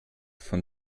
von